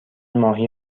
ماهی